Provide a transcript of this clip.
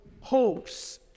hopes